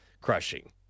crushing